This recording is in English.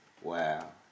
Wow